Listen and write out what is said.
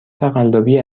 تقلبی